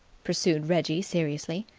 pursued reggie seriously,